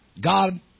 God